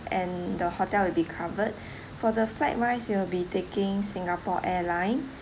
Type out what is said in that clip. and the hotel will be covered for the flight wise you'll be taking singapore airline